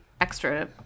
extra